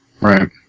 Right